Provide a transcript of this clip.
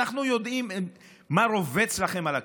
אנחנו יודעים מה רובץ לכם על הכתפיים.